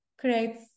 creates